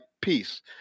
peace